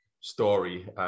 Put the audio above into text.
story